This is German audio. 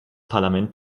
parlament